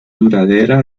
duradera